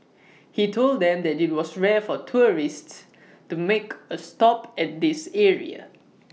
he told them that IT was rare for tourists to make A stop at this area